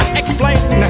explain